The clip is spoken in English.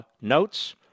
notes